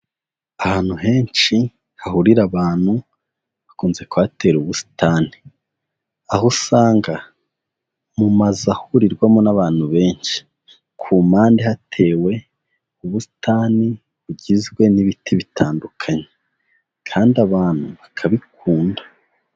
Ahantu henshi hahurira abantu bakunze kuhatera ubusitani, aho usanga mu mazu ahurirwamo n'abantu benshi, ku mpande hatewe ubusitani bugizwe n'ibiti bitandukanye kandi abantu bakabikunda.